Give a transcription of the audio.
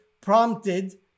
prompted